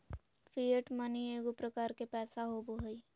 fiat money एगो प्रकार के पैसा होबो हइ